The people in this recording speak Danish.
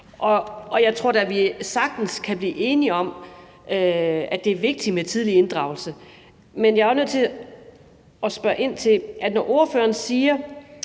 Jeg tror da sagtens, at vi kan blive enige om, at det er vigtigt med tidlig inddragelse, men jeg er også nødt til at spørge ind til noget: Når ordføreren siger,